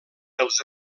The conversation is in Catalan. pels